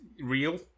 real